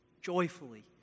Joyfully